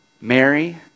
Mary